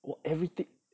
!wah! everything